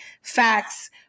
facts